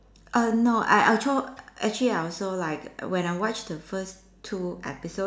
err no I I also actually I also like when I watch the first two episode